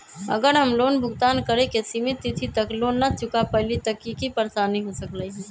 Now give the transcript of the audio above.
अगर हम लोन भुगतान करे के सिमित तिथि तक लोन न चुका पईली त की की परेशानी हो सकलई ह?